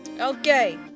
Okay